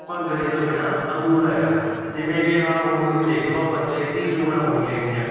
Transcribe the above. ਭੰਗੜੇ ਤੋਂ ਬਿਨਾਂ ਅਧੂਰਾ ਹੈਗਾ ਜਿਵੇਂ ਕਿ ਹਾਂ ਹੁਣ ਤੁਸੀਂ ਦੇਖ ਲਓ ਇਹ ਪੰਚਾਇਤੀ ਚੋਣਾਂ ਹੋਈਆਂ ਹੈਗੀਆਂ